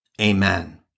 Amen